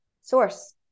source